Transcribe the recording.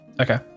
Okay